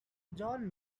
john